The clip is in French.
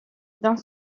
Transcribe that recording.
dans